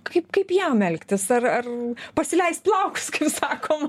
kaip kaip jam elgtis ar ar pasileist plaukus kaip sakom